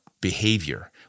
behavior